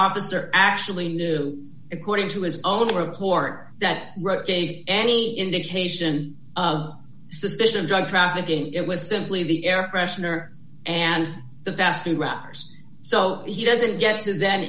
officer actually knew according to his own report that rotated any indication of suspicion of drug trafficking it was simply the air freshener and the fast food wrappers so he doesn't get to that